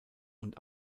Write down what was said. und